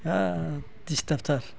जा दिस्टार्बथार